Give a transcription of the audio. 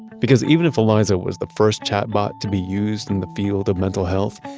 because even if eliza was the first chatbot to be used in the field of mental health,